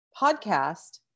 podcast